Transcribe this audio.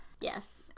yes